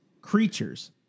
creatures